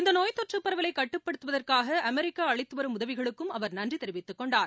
இந்தநோய் தொற்றுப் பரவலைகட்டுப்படுத்துவதற்காகஅமெரிக்காஅளித்துவரும் உதவிகளுக்கும் அவர் நன்றிதெரிவித்துக் கொண்டார்